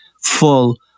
full